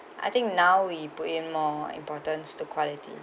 I think now we put in more importance to quality